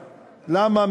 למה?